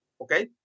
okay